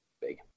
big